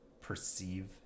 perceive